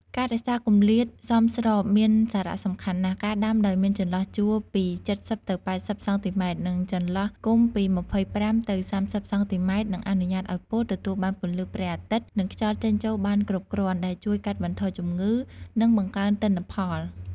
ការរក្សាគម្លាតសមស្របមានសារៈសំខាន់ណាស់ ការដាំដោយមានចន្លោះជួរពី ៧០ ទៅ ៨០ សង់ទីម៉ែត្រ និង ចន្លោះគុម្ពពី ២៥ ទៅ ៣០ សង់ទីម៉ែត្រ នឹងអនុញ្ញាតឱ្យពោតទទួលបានពន្លឺព្រះអាទិត្យ និងខ្យល់ចេញចូលបានគ្រប់គ្រាន់ ដែលជួយកាត់បន្ថយជំងឺ និងបង្កើនទិន្នផល។